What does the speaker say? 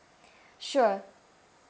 sure